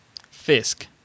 Fisk